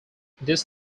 this